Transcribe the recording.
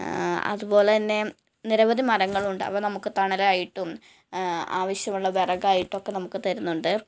അതുപോലെ തന്നെ നിരവധി മരങ്ങളുണ്ട് അവ നമുക്ക് തണലായിട്ടൂം ആവശ്യമുള്ള വിറകായിട്ടുമൊക്കെ നമുക്ക് തരുന്നുണ്ട്